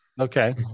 okay